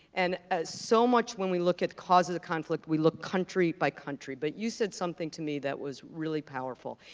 and so much, when we look at causes of conflict, we look country by country, but you said something to me that was really powerful,